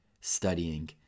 studying